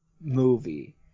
movie